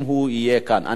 אם הוא יהיה כאן.